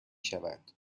شود